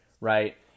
right